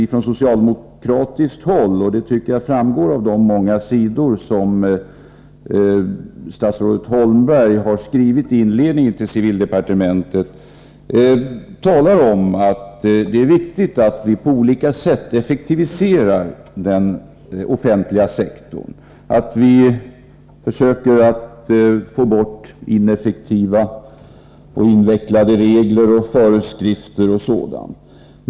Från socialdemokratiskt håll talar vi om — det tycker jag framgår av de många sidor som statsrådet Holmberg har skrivit i inledningen till civildepartementets del av budgetpropositionen — att det är viktigt att vi på olika sätt effektiviserar den offentliga sektorn, att vi försöker få bort ineffektiva och invecklade regler och föreskrifter m.m.